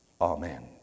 Amen